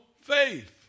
faith